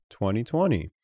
2020